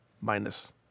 minus